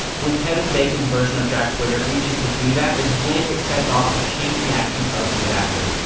when kevin bacon's version of jack swigert reaches to do that is when it sets off a chain reaction of disaster.